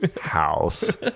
house